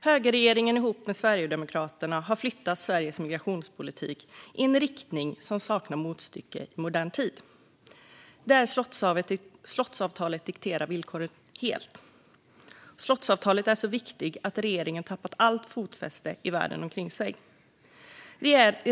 Högerregeringen ihop med Sverigedemokraterna har flyttat Sveriges migrationspolitik i en riktning som saknar motstycke i modern tid, där slottsavtalet helt dikterar villkoren. Slottsavtalet är så viktigt att regeringen har tappat allt fotfäste i världen omkring sig.